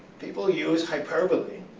people who use hyperbole